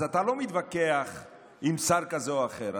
אז אתה לא מתווכח עם שר כזה או אחר,